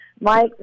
Mike